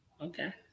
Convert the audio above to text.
Okay